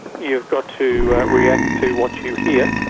you've got to react to what you hear,